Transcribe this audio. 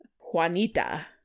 Juanita